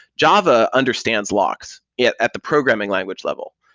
java understands locks yeah at the programming language level,